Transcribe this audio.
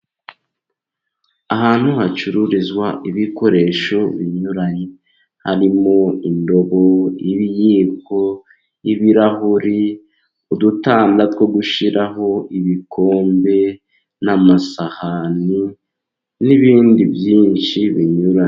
Ahantu hacururizwa ibikoresho binyuranye harimo indobo, ibiyiko, ibirahuri, udutanda two gushyiraho ibikombe n'amasahani, n'ibindi byinshi binyuranye.